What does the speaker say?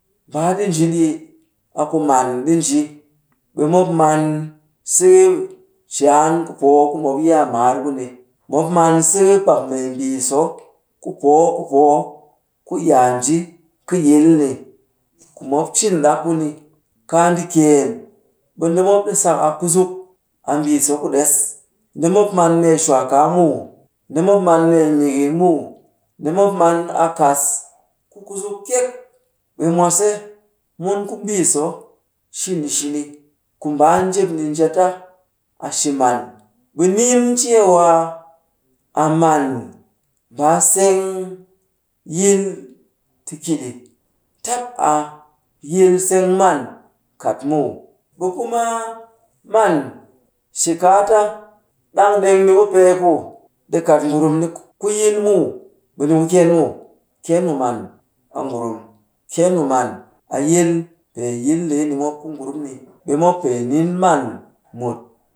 Mbaa ɗi nji, a ku man ɗi nji. Ɓe mop man siki caan ku poo ku mop yaa maar ku ni. Mop man siki pak mee mbii so kupoo kupoo ku yaa nji kɨ yil ni. Ku mop cin ɗak ku ni, kaa ndi kyeen, be ndi mop ɗi sak a kuzuk; a mbii so ku ɗess. Ndi mop man mee shwaakaa muw, ndi mop man mee miki muw. Ndi mop man a kas ku kuzuk kyek. Ɓe mwase, mun ku mbiiso shini shini ku mbaa njep njia ta a shi man. Ɓe nin cewa a man mbaa seng yil ti ki ɗi, tap a yil seng man kat muw. Ɓe kuma man shi kaata, ɗang ɗeng niku pee ku ɗi kat ngurumdi ku yi muw, ɓe ni ku kyeen muw. Kyeen mu man, a ngurum; kyeen mu man, a yil. Pee yil ndeeni mop ku ngurum ni, ɓe mop pee nin man mut.